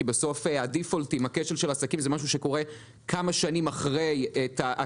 כי הדיפולט עם הכשל של העסקים קורה רק כמה שנים לאחר התהליך.